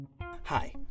hi